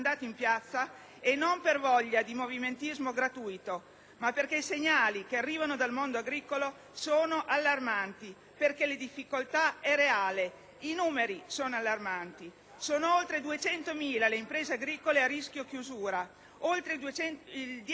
e non per voglia di movimentismo gratuito, ma perché i segnali che arrivano dal mondo agricolo sono allarmanti. La difficoltà è reale. I numeri sono allarmanti. Sono oltre 200.000 le imprese agricole a rischio chiusura, oltre il 10